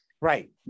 Right